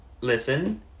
Listen